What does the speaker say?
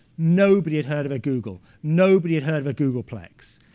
nobody had heard of a googol. nobody had heard of a googolplex.